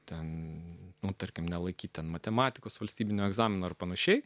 ten nu tarkim nelaikyti matematikos valstybinio egzamino ar panašiai